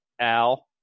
Al